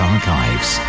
Archives